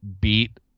beat